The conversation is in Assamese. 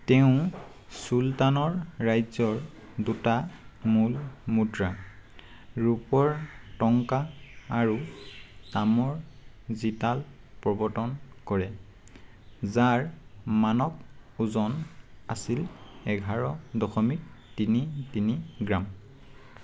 তেওঁ চুলতানৰ ৰাজ্যৰ দুটা মূল মুদ্ৰা ৰূপৰ টংকা আৰু তামৰ জিতাল প্ৰৱৰ্তন কৰে যাৰ মানক ওজন আছিল এঘাৰ দশমিক তিনি তিনি গ্ৰাম